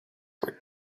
were